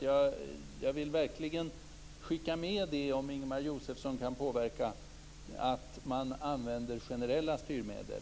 Jag vill verkligen skicka med, om Ingemar Josefsson kan påverka, att man bör använda generella styrmedel.